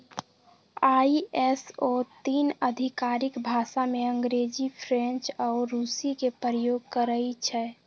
ISO तीन आधिकारिक भाषामें अंग्रेजी, फ्रेंच आऽ रूसी के प्रयोग करइ छै